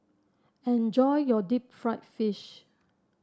enjoy your Deep Fried Fish